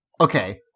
Okay